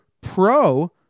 pro